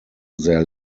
their